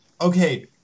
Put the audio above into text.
Okay